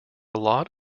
lot